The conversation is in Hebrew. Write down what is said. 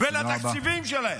ולתקציבים שלהם.